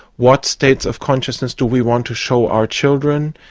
what states of consciousness do we want to show our children?